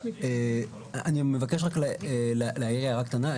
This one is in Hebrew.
אני מבקש להעיר הערה קטנה.